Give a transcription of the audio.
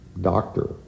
Doctor